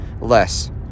less